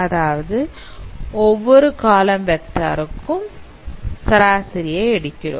அதாவது ஒவ்வொரு காலம் வெக்டார்விக்கும் சராசரியை எடுக்கிறோம்